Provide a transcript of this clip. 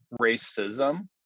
racism